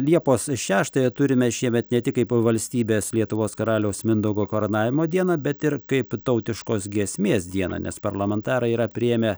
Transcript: liepos šeštąją turime šiemet ne tik kaip valstybės lietuvos karaliaus mindaugo karūnavimo dieną bet ir kaip tautiškos giesmės dieną nes parlamentarai yra priėmę